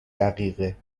دقیقه